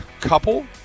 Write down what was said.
couple